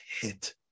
hit